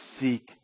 seek